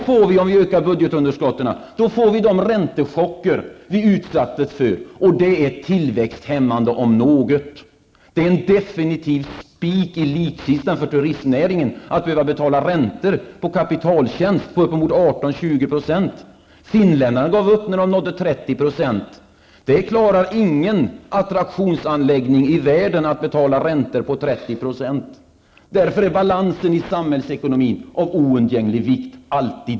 Men om budgetunderskottet ökas, blir det sådana räntechocker som vi nyligen har utsatts för, och det om något är tillväxthämmande. Att behöva betala räntor på kapitaltjänst på uppemot 18--20 % är en definitiv spik i likkistan för turistnäringen. 30 %. Det finns ingen attraktionsanläggnbing i världen som klarar att betala räntor på 30 %. Därför är balansen i samhällsekonomin alltid av oundgänglig vikt.